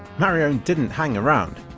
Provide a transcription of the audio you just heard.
mariowned didn't hang around.